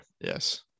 Yes